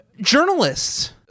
journalists